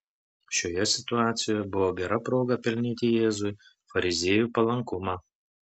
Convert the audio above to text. šioje situacijoje buvo gera proga pelnyti jėzui fariziejų palankumą